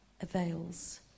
avails